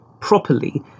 properly